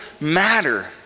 matter